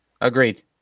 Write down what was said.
Agreed